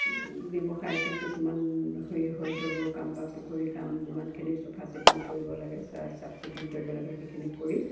ব্যৱসায়টো কিছুমান হেৰি হৈ দৌলৰ কাম বা পুখুৰীৰ কাম যিমানখিনি চফা চিকুণ কৰিব লাগে চাফ চিকুণ কৰিব লাগে সেইখিনি কৰি